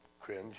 cringe